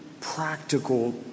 practical